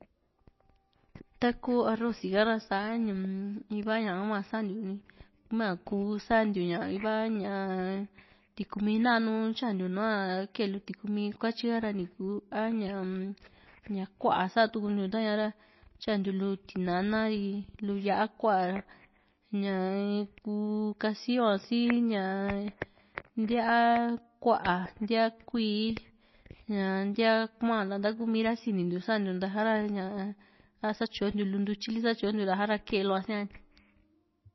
taku arroci ha ra sa´ra mm va ñaha hua santiu ni ma kuu santiu ña vaa ña tikumi nanu tyantiu nua keelu tikumi kuetyi ha ra ni ku a ña kuá satuntiu ta´ña ra tyantiu lu tinana ri lu yá´a ku´a ra ñaa kuu kasi yo a sii ntíaa kuá ntíaa kuíí ña ntíaa kua´n nta na´mi kuumi ra sinintiu santiu ntasa ra satyontiu lu ntutyi li satyontiu ra sa´ra kelua siaa.